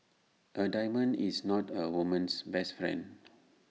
A diamond is not A woman's best friend